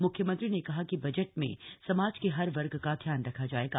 म्ख्यमंत्री ने कहा कि बजट में समाज के हर वर्ग का ध्यान रखा जायेगा